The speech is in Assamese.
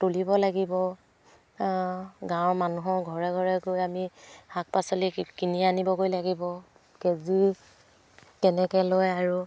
তুলিব লাগিব গাঁৱৰ মানুহৰ ঘৰে ঘৰে গৈ আমি শাক পাচলি কিনি আনিব গৈ লাগিব কেজি কেনেকৈ লয় আৰু